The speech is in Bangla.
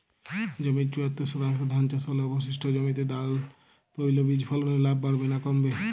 জমির চুয়াত্তর শতাংশে ধান চাষ হলে অবশিষ্ট জমিতে ডাল তৈল বীজ ফলনে লাভ বাড়বে না কমবে?